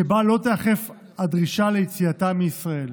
ובה לא תיאכף הדרישה ליציאתם מישראל.